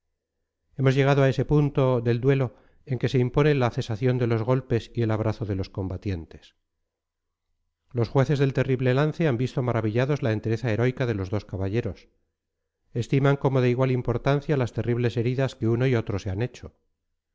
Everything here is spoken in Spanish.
hemos llegado a ese punto del duelo en que se impone la cesación de los golpes y el abrazo de los combatientes los jueces del terrible lance han visto maravillados la entereza heroica de los dos caballeros estiman como de igual importancia las terribles heridas que uno y otro se han hecho